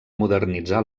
modernitzar